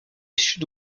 sud